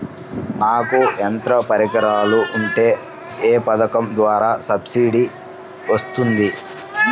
నాకు యంత్ర పరికరాలు ఉంటే ఏ పథకం ద్వారా సబ్సిడీ వస్తుంది?